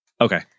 Okay